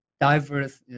diverse